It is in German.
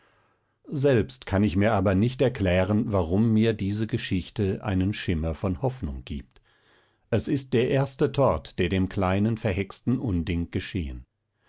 selbst kann ich mir aber nicht erklären warum mir diese geschichte einen schimmer von hoffnung gibt es ist der erste tort der dem kleinen verhexten unding geschehen